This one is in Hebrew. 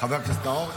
חבר הכנסת לוי,